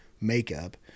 makeup